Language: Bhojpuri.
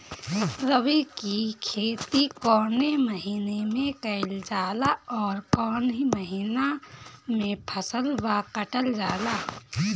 रबी की खेती कौने महिने में कइल जाला अउर कौन् महीना में फसलवा कटल जाला?